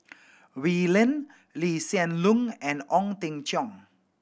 Oi Lin Lee Hsien Loong and Ong Teng Cheong